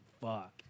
fuck